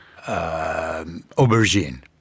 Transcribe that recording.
Aubergine